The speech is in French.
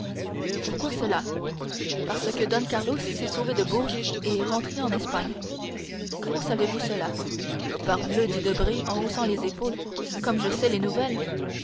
pourquoi cela parce que don carlos s'est sauvé de bourges et est rentré en espagne comment savez-vous cela parbleu dit debray en haussant les épaules comme je sais les nouvelles